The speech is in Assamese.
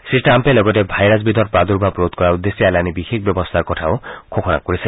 শ্ৰীট্টাম্পে লগতে ভাইৰাছ বিধৰ প্ৰাদুৰ্ভাৱ ৰোধ কৰাৰ উদ্দেশ্যে এলানি বিশেষ ব্যৱস্থাৰ কথাও ঘোষণা কৰিছে